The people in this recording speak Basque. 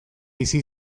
bizi